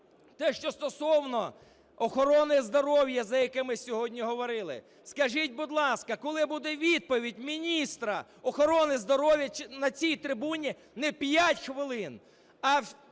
Те, що стосовно охорони здоров'я, за яке ми сьогодні говорили. Скажіть, будь ласка, коли буде відповідь міністра охорони здоров'я на цій трибуні не 5 хвилин, а